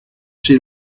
she